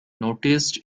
noticed